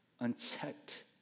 unchecked